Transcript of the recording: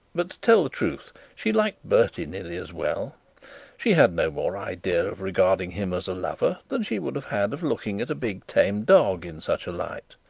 but, to tell the truth, she liked bertie nearly as well she had no more idea of regarding him as a lover than she would have had of looking at a big tame dog in such a light.